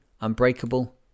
unbreakable